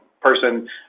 person